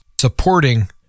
supporting